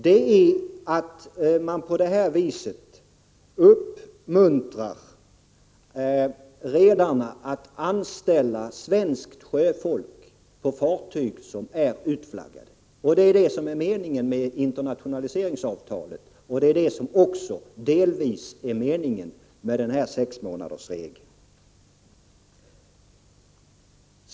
Det är att man uppmuntrar redarna att anställa svenskt sjöfolk på fartyg som är utflaggade. Det är därför vi har internationaliseringsavtalet, och det är också detta som delvis ligger bakom sexmånadersregeln.